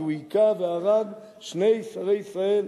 כי הוא הכה והרג שני שרי ישראל,